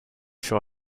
sure